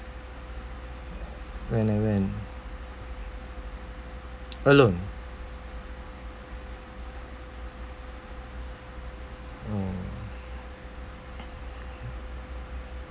when I went alone mm